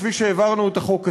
כפי שהעברנו את החוק הזה.